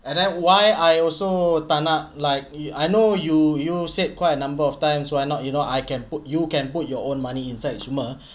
and then why I also tak nak like you I know you you said quite a number of times we're not you know I can put you can put your own money inside semua